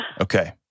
Okay